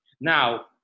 now